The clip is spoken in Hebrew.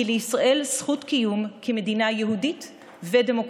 לישראל זכות קיום כמדינה יהודית ודמוקרטית.